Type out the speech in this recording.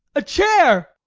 a chair!